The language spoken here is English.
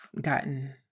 gotten